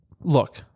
Look